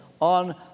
on